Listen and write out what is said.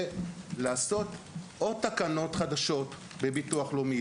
וכל העוסקים, ולעשות תקנות חדשות בביטוח לאומי.